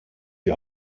die